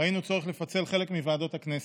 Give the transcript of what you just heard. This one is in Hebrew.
ראינו צורך לפצל חלק מוועדות הכנסת.